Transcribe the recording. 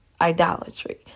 idolatry